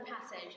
passage